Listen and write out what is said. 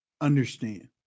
understand